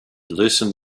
loosened